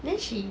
then she